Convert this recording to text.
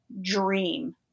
dream